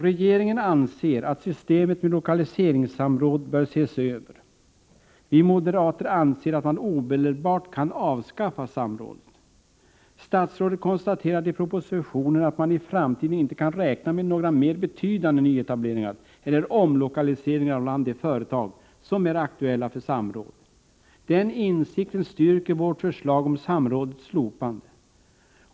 Regeringen anser att systemet med lokaliseringssamråd bör ses över. Vi moderater anser att man omedelbart kan avskaffa samrådet. Statsrådet konstaterar i propositionen att man i framtiden inte kan räkna med några mer betydande nyetableringar eller omlokaliseringar bland de företag som är aktuella för samråd. Den insikten styrker vårt förslag om samrådets slopande.